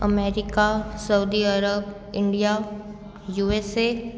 America Saudi Arab India USA